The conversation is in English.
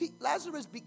Lazarus